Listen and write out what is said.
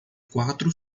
quatro